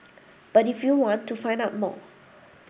but if you want to find out more